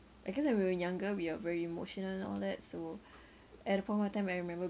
because when we were younger we are very emotional and all that so at that point of time I remember